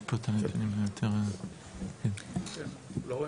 אנחנו רואים